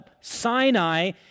Sinai